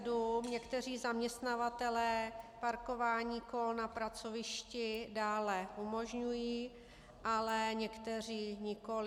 Po roce 2007 někteří zaměstnavatelé parkování kol na pracovišti dále umožňují, ale někteří nikoliv.